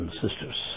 sisters